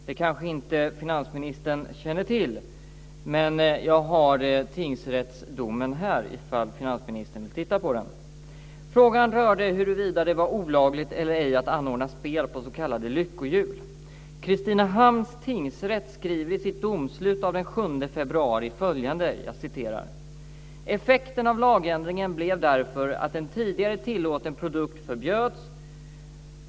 Det kanske inte finansministern känner till. Jag har tingsrättsdomen här, ifall finansministern vill titta på den. Frågan rörde huruvida det var olagligt eller ej att anordna spel på s.k. lyckohjul. Kristinehamns tingsrätt skriver i sitt domslut av den 7 februari följande: "Effekten av lagändringen blev därför att en tidigare tillåten produkt förbjöds.